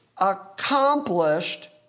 accomplished